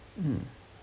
mm